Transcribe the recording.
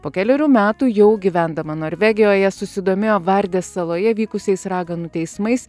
po kelerių metų jau gyvendama norvegijoje susidomėjo vardės saloje vykusiais raganų teismais